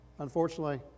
Unfortunately